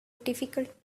difficult